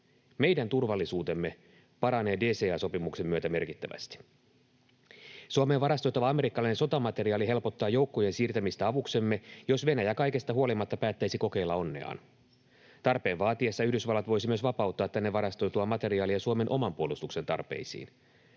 Meidän turvallisuutemme paranee DCA-sopimuksen myötä merkittävästi. Suomeen varastoitava amerikkalainen sotamateriaali helpottaa joukkojen siirtämistä avuksemme, jos Venäjä kaikesta huolimatta päättäisi kokeilla onneaan. Tarpeen vaatiessa Yhdysvallat voisi myös vapauttaa tänne varastoitua materiaalia Suomen oman puolustuksen tarpeisiin.